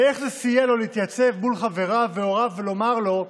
ואיך זה סייע לו להתייצב מול חבריו והוריו ולומר להם: